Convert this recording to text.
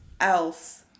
else